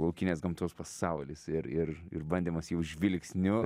laukinės gamtos pasaulis ir ir ir bandymas jau žvilgsniu